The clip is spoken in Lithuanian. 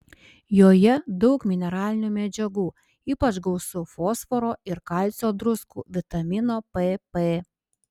joje daug mineralinių medžiagų ypač gausu fosforo ir kalcio druskų vitamino pp